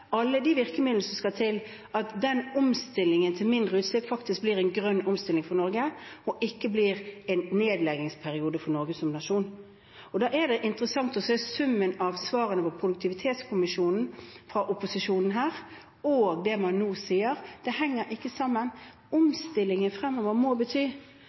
alle de virkemidlene som skal til, at omstillingen til mindre utslipp faktisk blir en grønn omstilling for Norge, og ikke blir en nedleggingsperiode for Norge som nasjon. Da er det interessant å se summen av svarene fra Produktivitetskommisjonen, fra opposisjonen her og det man nå sier. Det henger ikke sammen. Omstilling framover må bety